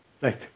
Right